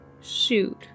Shoot